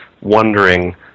wondering